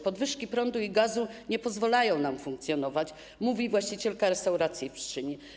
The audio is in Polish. Podwyżki prądu i gazu nie pozwalają nam funkcjonować - mówi właścicielka restauracji w Pszczynie.